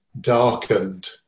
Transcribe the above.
darkened